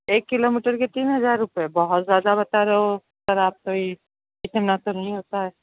एक किलोमीटर के तीन हज़ार रूपए बहुत ज़्यादा बता रहे हो सर आप तो ये इतना तो नहीं होता है